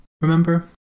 Remember